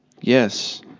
Yes